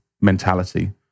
mentality